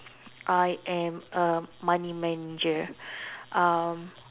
I am a money manager um